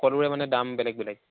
সকলোৰে মানে দাম বেলেগ বেলেগ